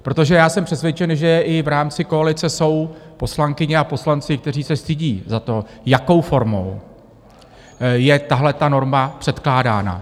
Protože já jsem přesvědčen, že i v rámci koalice jsou poslankyně a poslanci, kteří se stydí za to, jakou formou je tahleta norma předkládána.